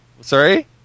sorry